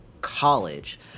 College